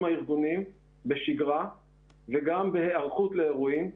הארגונים בשגרה וגם בהיערכות לאירועים.